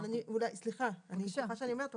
סליחה שאני אומרת,